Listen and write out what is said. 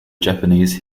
japanese